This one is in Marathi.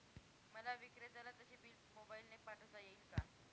मला विक्रेत्याला त्याचे बिल मोबाईलने पाठवता येईल का?